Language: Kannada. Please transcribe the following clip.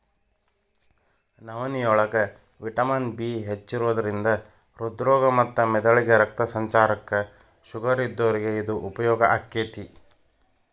ನವನಿಯೋಳಗ ವಿಟಮಿನ್ ಬಿ ಹೆಚ್ಚಿರೋದ್ರಿಂದ ಹೃದ್ರೋಗ ಮತ್ತ ಮೆದಳಿಗೆ ರಕ್ತ ಸಂಚಾರಕ್ಕ, ಶುಗರ್ ಇದ್ದೋರಿಗೆ ಇದು ಉಪಯೋಗ ಆಕ್ಕೆತಿ